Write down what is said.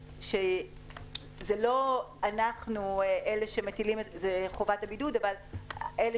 זה לא אנחנו שמטילים את חובת הבידוד אבל אנחנו